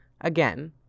Again